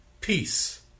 Peace